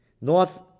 north